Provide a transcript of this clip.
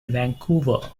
vancouver